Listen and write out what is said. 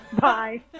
Bye